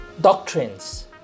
doctrines